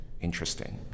interesting